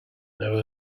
never